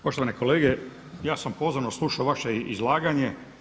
Poštovani kolege, ja sam pozorno slušao vaše izlaganje.